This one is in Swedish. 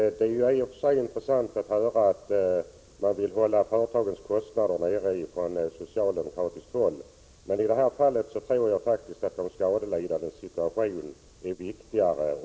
Det är i och för sig intressant att höra att man från socialdemokratiskt håll vill hålla företagens kostnader nere, men i detta fall tror jag faktiskt att de skadelidandes situation är viktigare.